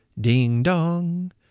Ding-dong